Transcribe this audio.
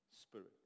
Spirit